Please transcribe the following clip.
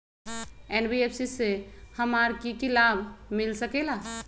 NBFC से हमार की की लाभ मिल सक?